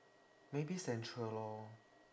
maybe central lor